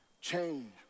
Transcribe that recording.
change